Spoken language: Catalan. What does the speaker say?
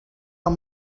amb